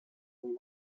there